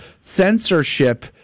censorship